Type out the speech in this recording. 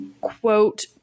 quote